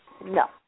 No